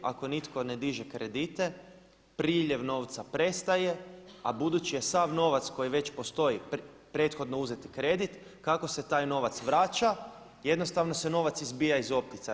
Ako nitko ne diže kredite priljev novca prestaje, a budući je sav novac koji već postoji prethodno uzeti kredit kako se taj novac vraća jednostavno se novac izbija iz opticaja.